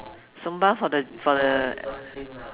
zumba for the for the